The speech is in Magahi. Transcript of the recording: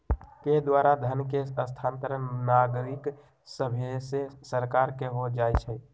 के द्वारा धन के स्थानांतरण नागरिक सभसे सरकार के हो जाइ छइ